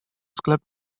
sklep